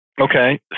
Okay